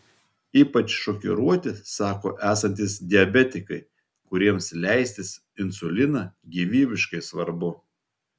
ypač šokiruoti sako esantys diabetikai kuriems leistis insuliną gyvybiškai svarbu